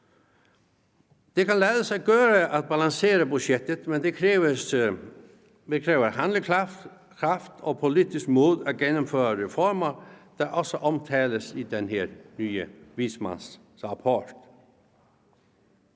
Det kan lade sig gøre at balancere budgettet, men det kræver handlekraft og politisk mod at gennemføre reformer, der også omtales i den nye vismandsrapport.